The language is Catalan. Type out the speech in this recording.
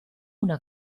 una